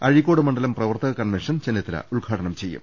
അഴീ ക്കോട് മണ്ഡലം പ്രവർത്തക കൺവെൻഷൻ ചെന്നിത്തല ഉദ്ഘാടനം ചെയ്യും